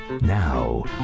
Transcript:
Now